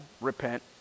repent